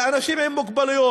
וגם אנשים עם מוגבלויות,